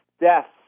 deaths